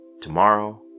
tomorrow